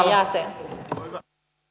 jäsen arvoisa